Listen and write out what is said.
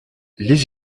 les